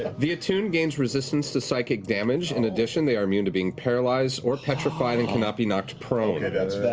the attuned gains resistance to psychic damage, in addition they are immune to being paralyzed or petrified and cannot be knocked prone. travis okay, that's